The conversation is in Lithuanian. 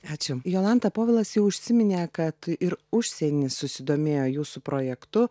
ačiū jolanta povilas jau užsiminė kad ir užsieny susidomėjo jūsų projektu